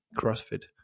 crossfit